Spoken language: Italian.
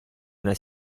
una